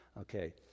Okay